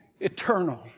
eternal